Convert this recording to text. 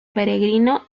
peregrino